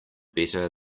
better